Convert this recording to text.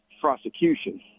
prosecution